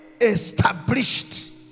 established